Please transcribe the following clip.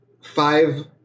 five